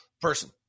person